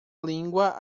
língua